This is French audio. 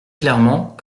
clairement